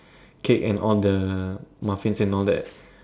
cake and all the muffins and all that